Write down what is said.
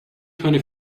twenty